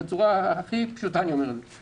בצורה הכי פשוטה אני אומר את זה.